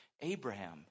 Abraham